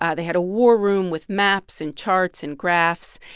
um they had a war room with maps and charts and graphs.